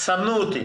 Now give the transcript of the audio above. סמנו אותי,